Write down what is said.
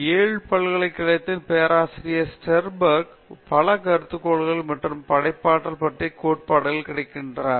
Yale பல்கலைக்கழகத்தின் பேராசிரியர் Sternberg பல கருதுகோள்கள் மற்றும் படைப்பாற்றல் பற்றிய கோட்பாடுகள் கிடைக்கின்றன